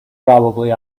probably